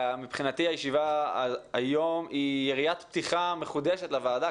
מבחינתי הישיבה היום היא יריית פתיחה מחודשת לוועדה.